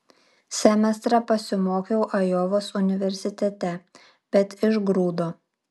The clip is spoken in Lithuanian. semestrą pasimokiau ajovos universitete bet išgrūdo